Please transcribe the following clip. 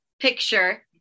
picture